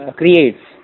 creates